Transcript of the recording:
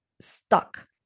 stuck